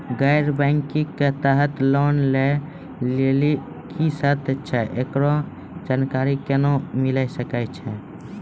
गैर बैंकिंग के तहत लोन लए लेली की सर्त छै, एकरो जानकारी केना मिले सकय छै?